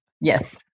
Yes